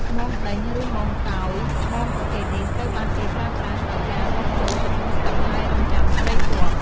មងដេញ ឬមងកោយ មងប្រភេទនេះត្រូវបានគេប្រើប្រាស់ដោយការបោះចូលទៅក្នុងទឹកហើយរង់ចាំត្រីជាប់។